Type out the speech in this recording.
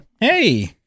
Hey